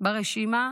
ברשימה